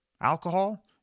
Alcohol